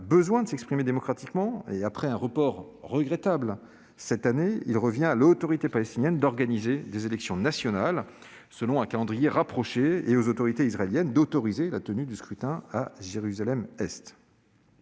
besoin de s'exprimer démocratiquement et, après un report regrettable cette année, il revient à l'autorité palestinienne d'organiser des élections nationales, selon un calendrier rapproché. Il revient également aux autorités israéliennes d'autoriser la tenue du scrutin à Jérusalem-Est.